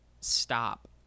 stop